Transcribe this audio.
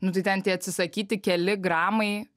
nu tai ten tie atsisakyti keli gramai